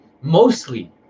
mostly